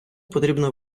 потрібно